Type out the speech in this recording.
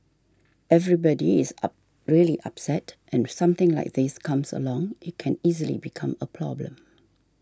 everybody is really upset and something like this comes along it can easily become a problem